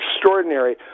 extraordinary